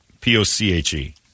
P-O-C-H-E